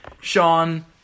Sean